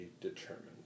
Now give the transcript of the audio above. determined